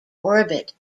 orbit